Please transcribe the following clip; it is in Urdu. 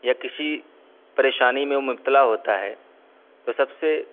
یا کسی پریشانی میں مبتلا ہوتا ہے تو سب سے